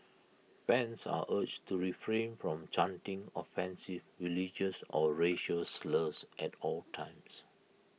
fans are urged to refrain from chanting offensive religious or racial slurs at all times